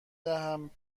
دهم